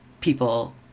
people